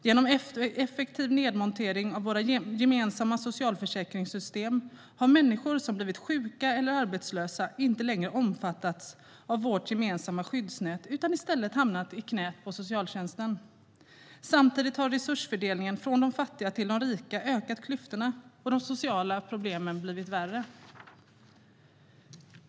Genom effektiv nedmontering av våra gemensamma socialförsäkringssystem har människor som blivit sjuka eller arbetslösa inte längre omfattats av vårt gemensamma skyddsnät utan i stället hamnat i knät på socialtjänsten. Samtidigt har resursfördelning från de fattiga till de rika ökat klyftorna, och de sociala problemen har blivit värre.